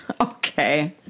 Okay